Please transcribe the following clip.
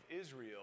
Israel